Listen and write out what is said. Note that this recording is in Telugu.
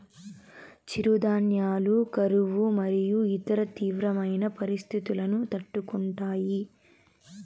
చిరుధాన్యాలు కరువు మరియు ఇతర తీవ్రమైన పరిస్తితులను తట్టుకుంటాయి